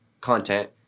content